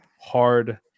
hard